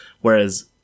Whereas